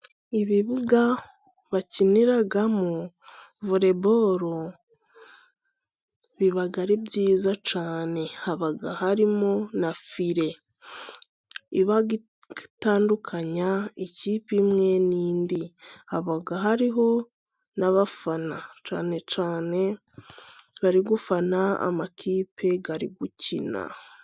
Ibibuga bakiniramo voreboro biba ari byiza cyane haba harimo na fire iba itandukanya ikipe imwe n'indi, haba hariho n'abafana cyane cyane bari gufana amakipe ari gukina.